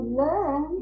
learn